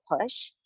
push